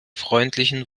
freundlichen